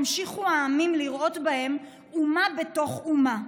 המשיכו העמים לראות בהם אומה בתוך אומה.